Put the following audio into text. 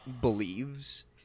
believes